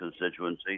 constituency